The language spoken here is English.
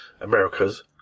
Americas